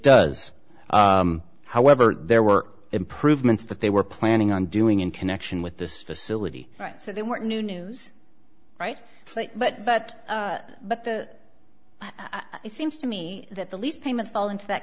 does however there were improvements that they were planning on doing in connection with this facility right so they weren't new news right but but but the but it seems to me that the lease payments fall into that